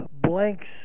Blanks